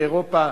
באירופה: